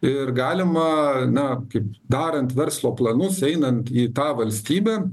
ir galima na kaip darant verslo planus einant į tą valstybę